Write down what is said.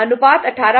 अनुपात 186 है